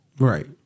Right